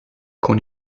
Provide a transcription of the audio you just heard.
con